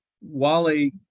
Wally